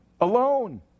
alone